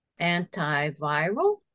antiviral